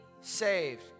saved